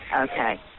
Okay